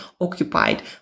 occupied